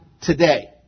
today